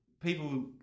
People